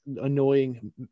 annoying